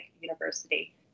University